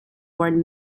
word